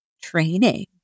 Training